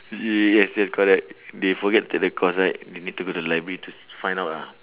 yes yes correct they forget take the course right they need to go to the library to find out ah